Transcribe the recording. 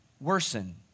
worsen